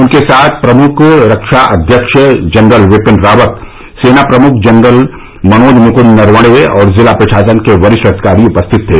उनके साथ प्रमुख रक्षा अध्यक्ष जनरल बिपिन रावत सेना प्रमुख जनरल मनोज मुकुंद नरवणे और जिला प्रशासन के वरिष्ठ अधिकारी उपस्थित थे